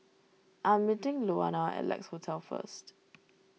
I'm meeting Louanna at Lex Hotel first